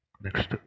Next